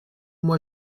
moi